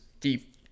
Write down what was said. deep